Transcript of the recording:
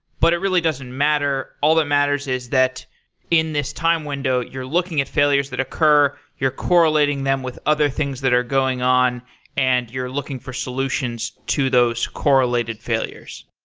but it really doesn't matter. all that matters is that in this time window, you're looking at failures that occur. you're correlating them with other things that are going on and you're looking for solutions to those correlated failures.